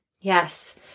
Yes